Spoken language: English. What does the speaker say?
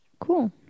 Cool